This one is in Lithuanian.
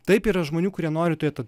taip yra žmonių kurie nori turėt